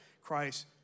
Christ